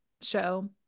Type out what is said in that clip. show